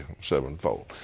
sevenfold